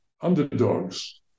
underdogs